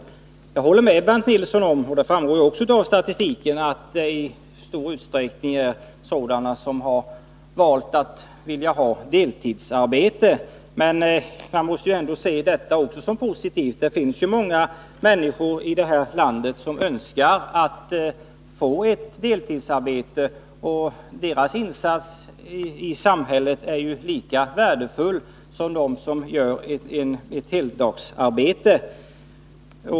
Sedan håller jag med Bernt Nilsson om — och det framgår också av statistiken — att ökningen i stor utsträckning gäller människor som valt deltidsarbete. Men det måste vi se som något positivt — det finns många människor i det här landet som önskar få deltidsarbete, och insatserna i samhället från dem är lika värdefulla som från dem som gör ett heltidsarbete.